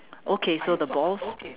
okay so the balls